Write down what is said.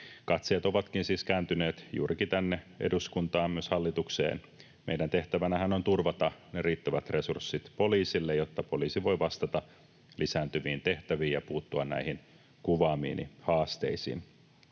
Katseet ovatkin siis kääntyneet juurikin tänne eduskuntaan, myös hallitukseen. Meidän tehtävänähän on turvata ne riittävät resurssit poliisille, jotta poliisi voi vastata lisääntyviin tehtäviin ja puuttua näihin kuvaamiini haasteisiin.